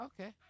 Okay